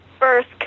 First